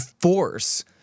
force